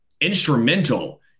instrumental